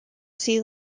sea